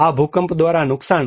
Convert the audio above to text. આ ભૂકંપ દ્વારા નુકસાન